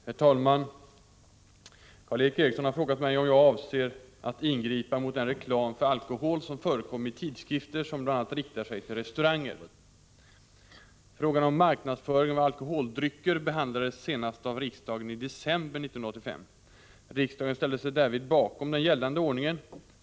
Herr talman! Karl Erik Eriksson har frågat mig om jag avser att ingripa mot den reklam för alkohol som förekommer i tidskrifter som bl.a. riktar sig till restauranger. Frågan om marknadsföring av alkoholdrycker behandlades senast av riksdagen i december 1985 . Riksdagen ställde sig därvid bakom den gällande ordningen.